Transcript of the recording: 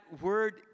word